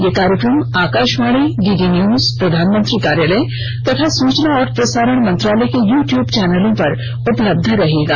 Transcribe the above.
यह कार्यक्रम Akashvani DD news प्रधानमंत्री कार्यालय तथा सूचना और प्रसारण मंत्रालय के यू ट्यूब चैनलों पर उपलब्ध रहेगा